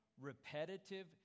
repetitive